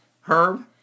Herb